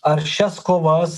aršias kovas